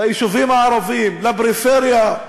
ליישובים הערביים, לפריפריה,